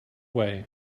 way